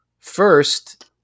First